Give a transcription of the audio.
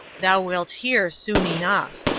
thou wilt hear soon enough.